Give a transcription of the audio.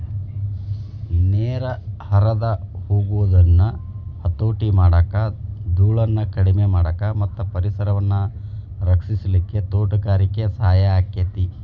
ನೇರ ಹರದ ಹೊಗುದನ್ನ ಹತೋಟಿ ಮಾಡಾಕ, ದೂಳನ್ನ ಕಡಿಮಿ ಮಾಡಾಕ ಮತ್ತ ಪರಿಸರವನ್ನ ರಕ್ಷಿಸಲಿಕ್ಕೆ ತೋಟಗಾರಿಕೆ ಸಹಾಯ ಆಕ್ಕೆತಿ